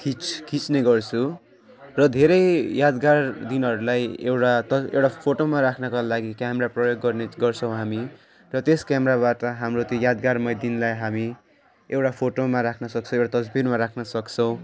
खिच खिच्ने गर्छु र धेरै यादगार दिनहरूलाई एउटा त एउटा फोटोमा राख्नका लागि क्यामेरा प्रयोग गर्ने गर्छौँ हामी र त्यस क्यामेराबाट हाम्रो त्यो यादगारमय दिनलाई हामी एउटा फोटोमा राख्न सक्छ एउटा तस्विरमा राख्न सक्छौँ